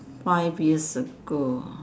five years ago